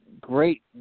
great